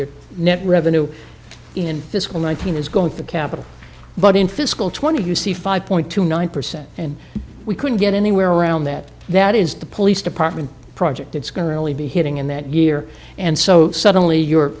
your net revenue in fiscal nineteen is going to the capital but in fiscal twenty you see five point two nine percent and we couldn't get anywhere around that that is the police department project it's going to really be hitting in that year and so suddenly you